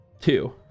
two